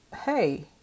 hey